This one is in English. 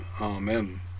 Amen